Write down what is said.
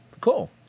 cool